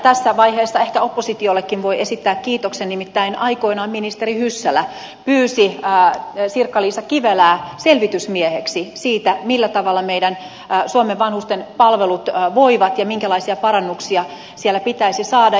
tässä vaiheessa ehkä oppositiollekin voi esittää kiitoksen nimittäin aikoinaan ministeri hyssälä pyysi sirkka liisa kivelää selvitysmieheksi millä tavalla suomen vanhustenpalvelut voivat ja minkälaisia parannuksia siellä pitäisi saada